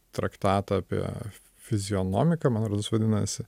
traktatą apie fizionomiką man rodos vadinasi